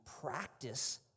practice